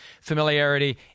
familiarity